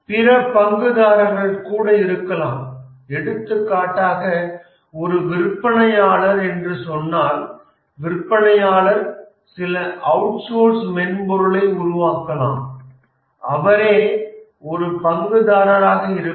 பிற பங்குதாரர்கள் கூட இருக்கலாம் எடுத்துக்காட்டாக ஒரு விற்பனையாளர் என்று சொன்னால் விற்பனையாளர் சில அவுட்சோர்ஸ் மென்பொருளை உருவாக்கலாம் அவரே ஒரு பங்குதாரராக இருப்பார்